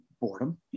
Boredom